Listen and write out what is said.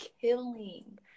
killing